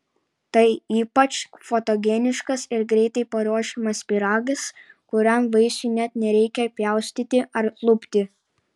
tai ypač fotogeniškas ir greitai paruošiamas pyragas kuriam vaisių net nereikia pjaustyti ar lupti